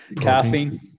caffeine